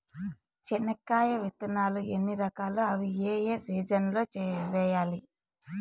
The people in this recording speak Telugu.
చెనక్కాయ విత్తనాలు ఎన్ని రకాలు? అవి ఏ ఏ సీజన్లలో వేయాలి?